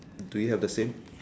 do you have the same